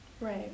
Right